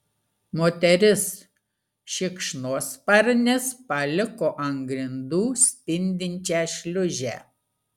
moteris šikšnosparnis paliko ant grindų spindinčią šliūžę